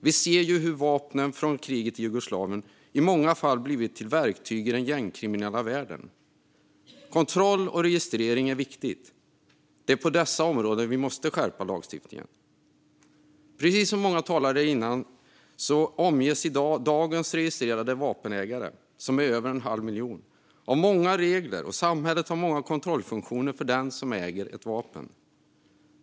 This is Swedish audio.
Vi ser ju hur vapnen från kriget i Jugoslavien i många fall blivit till verktyg i den gängkriminella världen. Kontroll och registrering är viktigt. Det är på dessa områden vi måste skärpa lagstiftningen. Precis som många talare redan har sagt omges dagens över en halv miljon registrerade vapenägare av många regler. Samhället har många kontrollfunktioner för den som äger ett vapen.